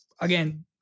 again